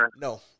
No